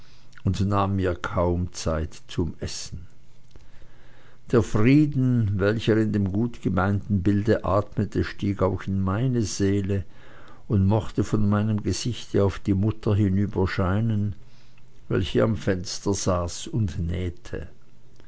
und nahm mir kaum zeit zum essen der frieden welcher in dem gutgemeinten bilde atmete stieg auch in meine seele und machte von meinem gesichte auf die mutter hinüberscheinen welche am fenster saß und nähte